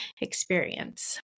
experience